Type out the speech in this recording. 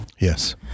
Yes